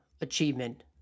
achievement